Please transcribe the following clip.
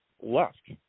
left